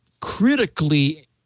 critically